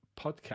podcast